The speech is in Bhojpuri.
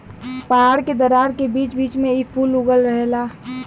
पहाड़ के दरार के बीच बीच में इ फूल उगल रहेला